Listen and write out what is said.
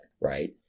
right